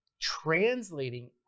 translating